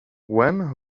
when